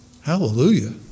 Hallelujah